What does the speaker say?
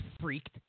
freaked